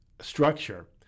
structure